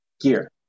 gear